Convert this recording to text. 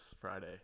Friday